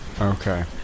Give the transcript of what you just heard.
Okay